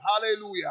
Hallelujah